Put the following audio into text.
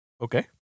Okay